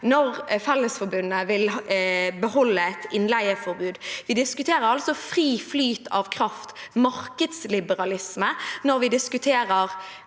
når Fellesforbundet vil beholde et innleieforbud. Vi diskuterer fri flyt av kraft – markedsliberalisme – når vi diskuterer